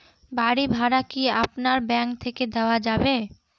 বাড়ী ভাড়া কি আপনার ব্যাঙ্ক থেকে দেওয়া যাবে?